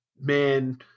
man